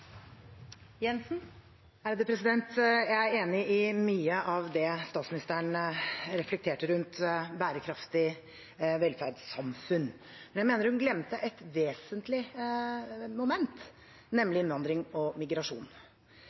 enig i mye av det statsministeren reflekterte rundt bærekraftig velferdssamfunn, men jeg mener hun glemte et vesentlig moment, nemlig innvandring og migrasjon.